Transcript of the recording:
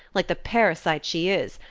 like the parasite she is,